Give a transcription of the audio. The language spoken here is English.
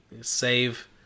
save